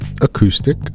acoustic